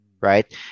Right